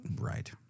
Right